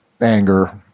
anger